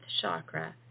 chakra